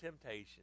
temptation